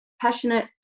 passionate